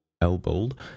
elbowed